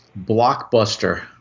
blockbuster